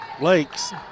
Lakes